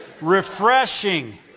refreshing